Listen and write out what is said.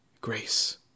grace